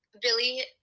Billy